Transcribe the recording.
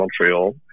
Montreal